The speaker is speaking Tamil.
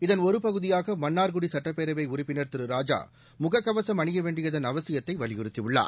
இதன் ஒருபகுதியாக மன்னார்க்குடி சட்டப்பேரவை உறுப்பினர் திரு ராஜா முகக்கவசம் அணிய வேண்டியதன் அவசியத்தை வலியுறுத்தியுள்ளார்